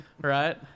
right